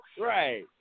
Right